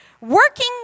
working